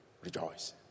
rejoice